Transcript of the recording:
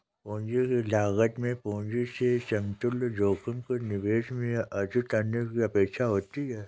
पूंजी की लागत में पूंजी से समतुल्य जोखिम के निवेश में अर्जित करने की अपेक्षा होती है